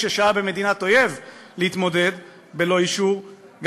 ששהה במדינת אויב בלא אישור להתמודד,